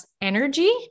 energy